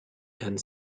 and